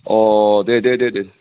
दे दे दे दे